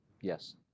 Yes